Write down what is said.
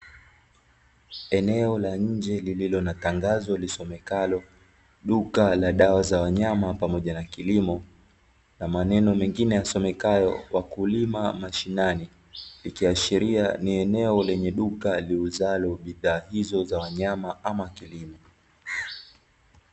Eneo la nje lililo na tangazo lisomekalo: duka la dawa za wanyama pamoja na kilimo, na maneno mengine yasomekayo "wakulima mashinani", ikiashiria ni eneo lenye duka liuzalo bidhaa hizo za wanyama ama kilimo.